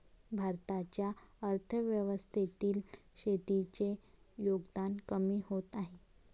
भारताच्या अर्थव्यवस्थेतील शेतीचे योगदान कमी होत आहे